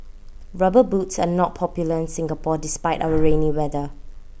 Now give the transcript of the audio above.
rubber boots are not popular in Singapore despite our rainy weather